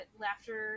Laughter